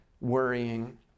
worrying